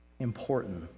Important